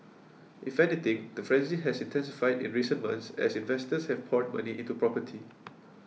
if anything the frenzy has intensified in recent months as investors have poured money into property